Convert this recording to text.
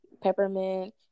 peppermint